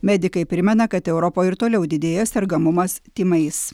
medikai primena kad europoj ir toliau didėja sergamumas tymais